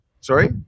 sorry